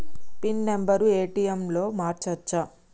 Pin number ATM లో మార్చచ్చా?